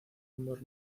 humor